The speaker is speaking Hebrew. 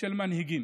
של מנהיגים,